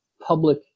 public